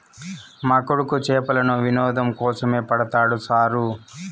మా కొడుకు చేపలను వినోదం కోసమే పడతాడు సారూ